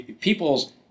people's